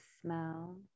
smell